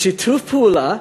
בשיתוף פעולה,